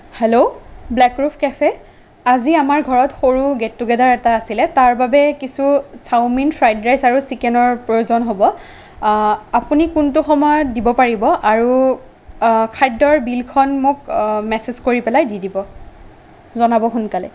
hello Black Rose Cafe আজি আমাৰ ঘৰত সৰু গেট টুগেডাৰ এটা আছিলে তাৰ বাবে কিছু চাওমিন ফ্ৰাইড ৰাইচ আৰু চিকেনৰ প্ৰয়োজন হ'ব আপুনি কোনটো সময়ত দিব পাৰিব আৰু খাদ্যৰ বিলখন মোক মেছেজ কৰি পেলাই দি দিব জনাব সোনকালে